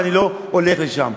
ואני לא הולך לשם.